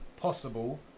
possible